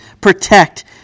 protect